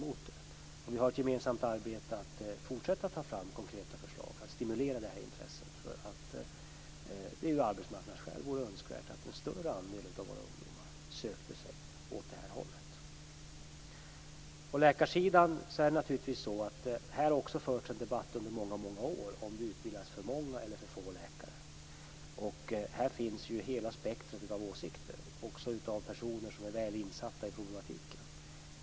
Och vi har ett gemensamt arbete i att fortsätta ta fram konkreta förslag för att stimulera det här intresset, därför att det av arbetsmarknadsskäl vore önskvärt att en större andel av våra ungdomar sökte sig åt det här hållet. På läkarsidan har det naturligtvis också förts en debatt under många år om det utbildas för många eller för få läkare. Här finns hela spektrumet av åsikter, också bland personer som är väl insatta i problematiken.